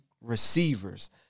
receivers –